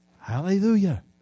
Hallelujah